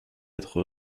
être